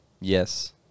Yes